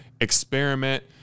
experiment